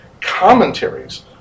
commentaries